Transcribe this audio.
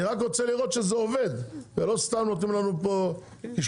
אני רק רוצה לראות שזה עובד ולא סתם נותנים לנו פה קשקושידה.